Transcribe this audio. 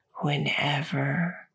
whenever